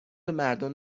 مردان